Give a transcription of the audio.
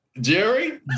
Jerry